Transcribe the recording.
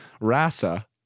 RASA